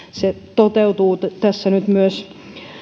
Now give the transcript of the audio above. toteutuu tässä nyt myös